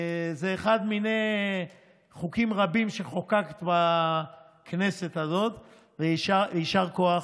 זה אחד מני חוקים רבים שחוקקת בכנסת הזאת ויישר כוח.